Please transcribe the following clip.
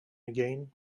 again